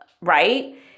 right